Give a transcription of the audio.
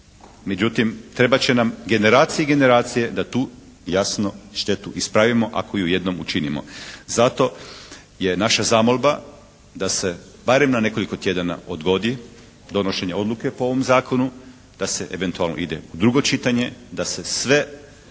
Međutim trebat će nam generacije i generacije da tu jasno štetu ispravimo ako ju jednom učinimo. Zato je naša zamolba da se barem na nekoliko tjedana odgodi donošenje odluke po ovom Zakonu, da se eventualno ide u drugo čitanje, da se sve